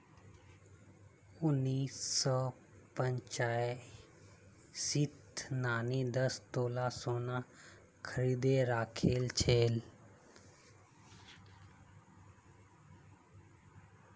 उन्नीस सौ पचासीत नानी दस तोला सोना खरीदे राखिल छिले